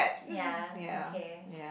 ya okay